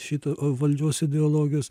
šito valdžios ideologijos